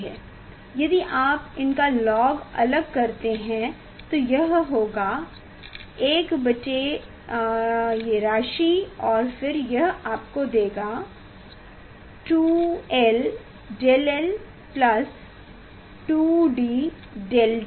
यदि आप इनका लॉग अलग करते हैं तो यह होगा 1 बटे ये राशि और फिर यह आपको देगा 2l𝝳l 2D𝝳D देगा